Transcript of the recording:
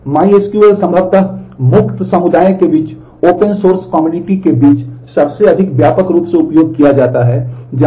MySQL संभवतः मुक्त समुदाय के बीच ओपन सोर्स कम्युनिटी रिलीज 1995 में हुई थी